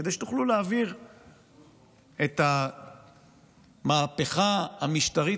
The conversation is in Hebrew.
כדי שתוכלו להעביר את המהפכה המשטרית